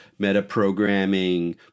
metaprogramming